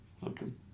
Welcome